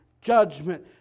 judgment